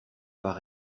par